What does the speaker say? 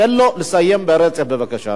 תן לו לסיים ברצף, בבקשה.